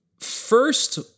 first